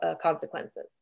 consequences